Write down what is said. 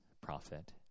prophet